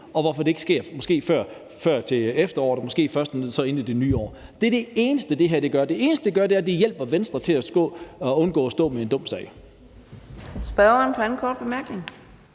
og hvorfor det måske ikke sker før til efteråret og måske først inde i det nye år. Det er det eneste, det her gør. Det eneste, det gør, er, at det hjælper Venstre til at skulle undgå at stå med en dum sag.